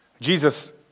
Jesus